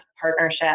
partnership